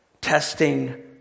testing